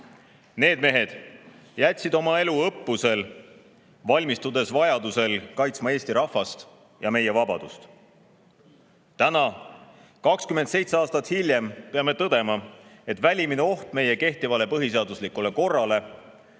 Need mehed jätsid oma elu õppusel, valmistudes vajadusel kaitsma Eesti rahvast ja meie vabadust. Täna, 27 aastat hiljem peame tõdema, et väline oht meie kehtivale põhiseaduslikule korrale